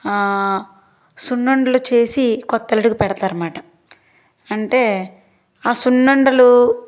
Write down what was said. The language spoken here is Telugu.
సున్నుండలు చేసి కొత్తళ్లడుకి పెడతారనమాట అంటే ఆ సున్నుండలు